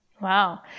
wow